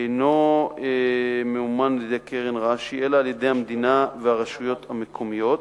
אינו ממומן על-ידי קרן רש"י אלא על-ידי המדינה והרשויות המקומיות,